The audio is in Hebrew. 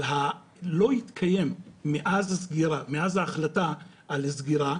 אבל לא התקיים מאז ההחלטה על סגירה,